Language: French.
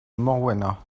morwena